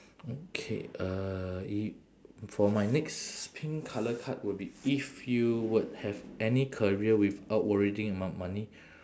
okay uh i~ for my next pink colour card will be if you would have any career without worrying about money